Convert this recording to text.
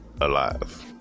Alive